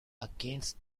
against